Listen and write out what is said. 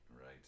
Right